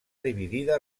dividida